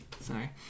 sorry